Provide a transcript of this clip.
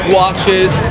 watches